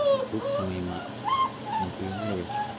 ટૂંક સમયમાં નોકરીઓ મેળવે છે